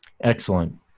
Excellent